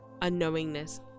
unknowingness